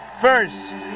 first